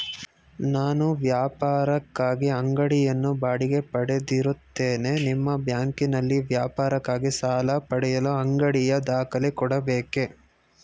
ನಾನು ವ್ಯಾಪಾರಕ್ಕಾಗಿ ಅಂಗಡಿಯನ್ನು ಬಾಡಿಗೆ ಪಡೆದಿರುತ್ತೇನೆ ನಿಮ್ಮ ಬ್ಯಾಂಕಿನಲ್ಲಿ ವ್ಯಾಪಾರಕ್ಕಾಗಿ ಸಾಲ ಪಡೆಯಲು ಅಂಗಡಿಯ ದಾಖಲೆ ಕೊಡಬೇಕೇ?